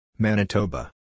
Manitoba